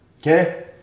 Okay